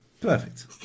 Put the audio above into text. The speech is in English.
Perfect